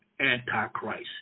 Antichrist